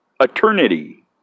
Eternity